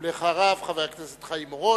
אחריו, חבר הכנסת חיים אורון,